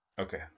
Okay